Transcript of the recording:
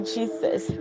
Jesus